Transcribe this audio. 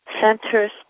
Centers